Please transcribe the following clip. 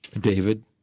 David